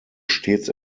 stets